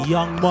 Young